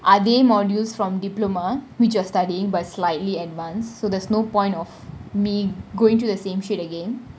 அதே :athey modules from diploma which you are studying by slightly advanced so there's no point of me going through the same shit again